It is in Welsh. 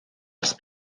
ers